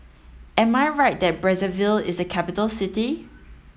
am I right that Brazzaville is a capital city